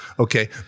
Okay